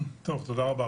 תודה רבה.